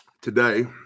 Today